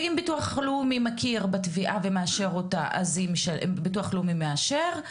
ואם ביטוח לאומי מכיר בתביעה ומאשר אותה אז ביטוח לאומי מאשר,